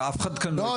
אף אחד כאן לא --- לא,